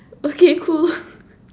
okay cool